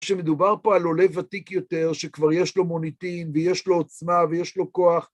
כשמדובר פה על עולה ותיק יותר, שכבר יש לו מוניטין, ויש לו עוצמה, ויש לו כוח.